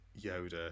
Yoda